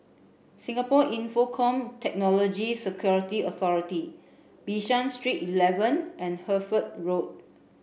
Singapore Infocomm Technology Security Authority Bishan Street eleven and Hertford Road